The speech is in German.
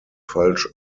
falsch